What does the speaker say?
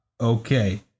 Okay